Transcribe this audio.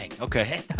Okay